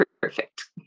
perfect